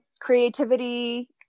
creativity